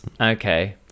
okay